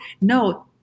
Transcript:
no